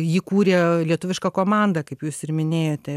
ji kūrė lietuvišką komandą kaip jūs ir minėjote